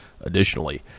Additionally